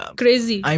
crazy